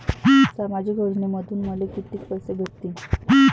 सामाजिक योजनेमंधून मले कितीक पैसे भेटतीनं?